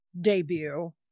debut